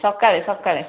ସକାଳେ ସକାଳେ